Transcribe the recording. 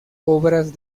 obras